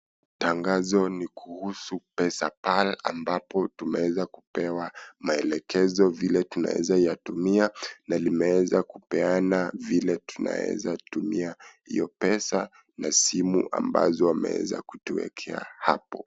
Tangazo ni kuhusu PesaPal ambapo tumeweza kupewa maelekezo vile tunaweza kutumia, na imeweza kupeana vile tunaeza tumia hiyo pesa na simu ambazo wameweza kutuwekea hapo.